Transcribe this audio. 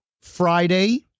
friday